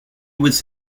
was